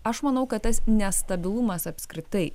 aš manau kad tas nestabilumas apskritai